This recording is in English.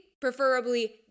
preferably